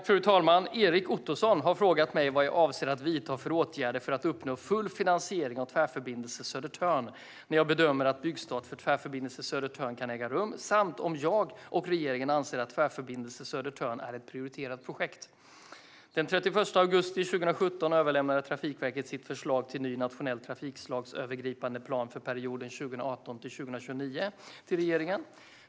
Fru talman! Erik Ottoson har frågat mig vad jag avser att vidta för åtgärder för att uppnå full finansiering av Tvärförbindelse Södertörn, när jag bedömer att byggstart för Tvärförbindelse Södertörn kan äga rum samt om jag och regeringen anser att Tvärförbindelse Södertörn är ett prioriterat projekt. Den 31 augusti 2017 överlämnade Trafikverket sitt förslag till ny nationell trafikslagsövergripande plan för perioden 2018-2029 till regeringen.